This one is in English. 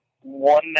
one